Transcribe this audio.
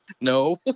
No